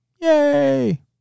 Yay